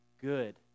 good